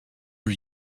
are